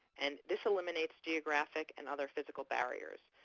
and this eliminates geographic and other physical barriers.